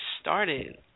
started